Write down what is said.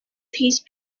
these